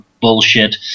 bullshit